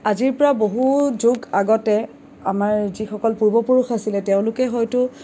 আজিৰ পৰা বহু যুগ আগতে আমাৰ যিসকল পূৰ্বপুৰুষ আছিলে তেওঁলোকে হয়তো